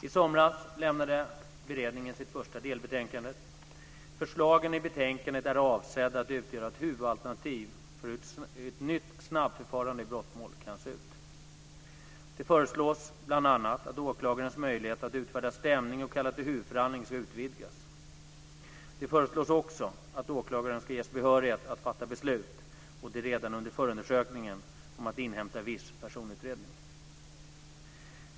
I somras lämnade beredningen sitt första delbetänkande . Förslagen i betänkandet är avsedda att utgöra ett huvudalternativ för hur ett nytt snabbförfarande i brottmål kan se ut. Det föreslås bl.a. att åklagarens möjlighet att utfärda stämning och kalla till huvudförhandling ska utvidgas. Det föreslås också att åklagaren ska ges behörighet att fatta beslut - och det redan under förundersökningen - om att inhämta viss personutredning.